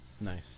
Nice